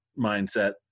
mindset